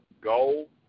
goal